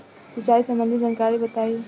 सिंचाई संबंधित जानकारी बताई?